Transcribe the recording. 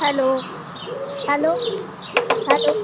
hello hello hello